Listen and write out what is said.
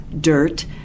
dirt